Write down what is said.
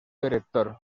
director